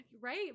right